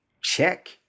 check